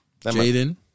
Jaden